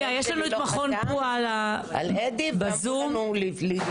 הבן שלי לא חתם על אדי ואמרו לנו לתרום.